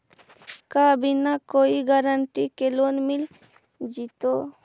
का बिना कोई गारंटी के लोन मिल जीईतै?